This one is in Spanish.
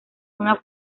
una